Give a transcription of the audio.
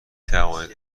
توانید